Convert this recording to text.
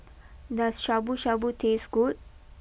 does Shabu Shabu taste good